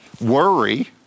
worry